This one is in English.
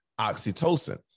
Oxytocin